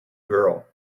girl